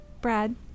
Brad